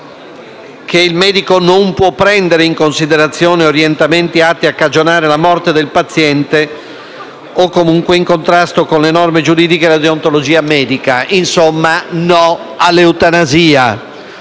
che «il medico non può prendere in considerazione orientamenti atti a cagionare la morte del paziente o comunque in contrasto con le norme giuridiche o la deontologia medica». Insomma, no all'eutanasia.